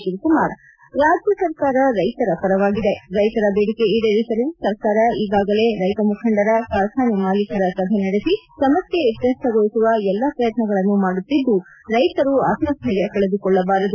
ಶಿವಕುಮಾರ್ ರಾಜ್ಯ ಸರ್ಕಾರ ರೈತರ ಪರವಾಗಿದೆ ರೈತರ ಬೇಡಿಕೆ ಈಡೇರಿಸಲು ಸರ್ಕಾರ ಈಗಾಗಲೇ ರೈತ ಮುಖಂಡರ ಕಾರ್ಖಾನೆ ಮಾಲೀಕರ ಸಭೆ ನಡೆಸಿ ಸಮಸ್ಯೆ ಇತ್ಯರ್ಥಗೊಳಿಸುವ ಎಲ್ಲ ಪ್ರಯತ್ತಗಳನ್ನು ಮಾಡುತ್ತಿದ್ದು ರೈತರು ಆತ್ಮಸ್ವೆರ್ಯ ಕಳೆದುಕೊಳ್ಳಬಾರದು